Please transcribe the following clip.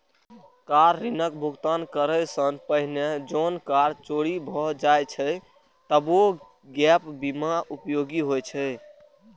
car ऋणक भुगतान करै सं पहिने जौं कार चोरी भए जाए छै, तबो गैप बीमा उपयोगी होइ छै